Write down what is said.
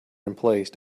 emplaced